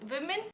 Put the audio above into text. women